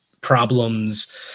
problems